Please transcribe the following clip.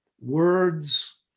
words